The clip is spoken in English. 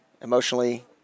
Emotionally